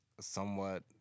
somewhat